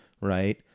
right